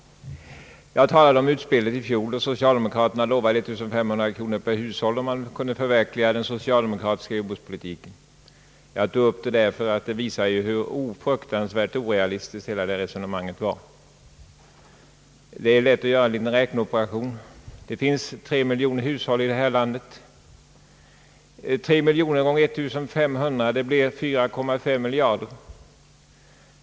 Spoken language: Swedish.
Jag talade om utspelet i fjol då socialdemokraterna lovade 1500 kronor per hushåll om den socialdemokratiska jordbrukspolitiken kunde förverkligas. Jag tog upp den saken därför att den visar hur oerhört orealistiskt hela detta resonemang var. Det är lätt att göra en liten räkneoperation. Det finns 3 miljoner hushåll i detta land. 3 miljoner gånger 1500 kronor blir 4,5 miljarder.